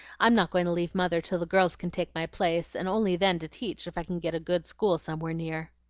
i'm not going to leave mother till the girls can take my place, and only then to teach, if i can get a good school somewhere near.